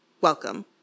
welcome